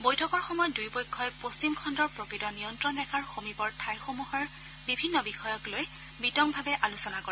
বৈঠকৰ সময়ত দুয়োপক্ষই পশ্চিম খণ্ডৰ প্ৰকৃত নিয়ন্ত্ৰণ ৰেখাৰ সমীপৰ ঠাইসমূহৰ বিভিন্ন বিষয়ক লৈ বিতংভাৱে আলোচনা কৰে